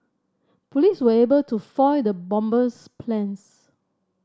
police were able to foil the bomber's plans